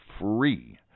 free